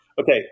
Okay